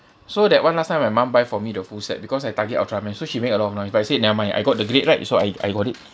so that [one] last time my mum buy for me the full set because I target ultraman so she make a lot of noise but I said never mind I got the grade right so I I got it